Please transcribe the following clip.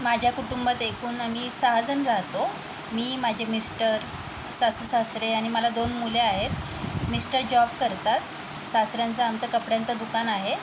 माझ्या कुटुंबात एकूण आम्ही सहाजण राहतो मी माझे मिस्टर सासू सासरे आणि मला दोन मुले आहेत मिस्टर जॉब करतात सासऱ्यांचं आमचं कपड्यांचं दुकान आहे